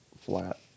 flat